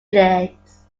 legs